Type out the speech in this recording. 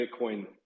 Bitcoin